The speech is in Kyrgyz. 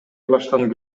баштан